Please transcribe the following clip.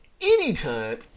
anytime